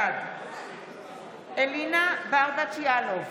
בעד אלינה ברדץ' יאלוב,